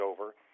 over